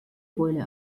beule